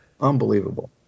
Unbelievable